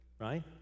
right